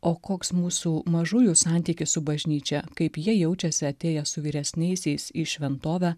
o koks mūsų mažųjų santykis su bažnyčia kaip jie jaučiasi atėję su vyresniaisiais į šventovę